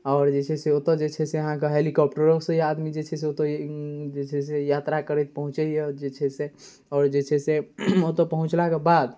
आओर जे छै से ओतऽ जे छै से अहाँके हेलिकॉप्टरोसँ आदमी जे छै से ओतऽ जे छै से यात्रा करैत पहुँचैए जे छै से आओर जे छै से ओतऽ पहुँचलाके बाद